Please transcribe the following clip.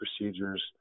procedures